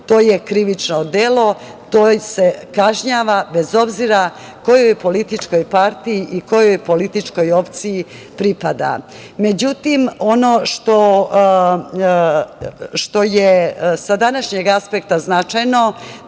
to je krivično delo, to se kažnjava bez obzira kojoj političkoj partiji i kojoj političkoj opciji pripada.Međutim, ono što je sa današnjeg aspekta značajno,